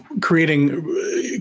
creating